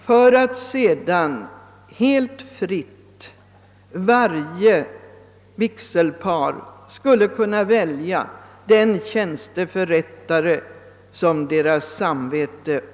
Varje vigselpar skulle sedan helt fritt kunna välja tjänsteförrättare efter sitt samvete.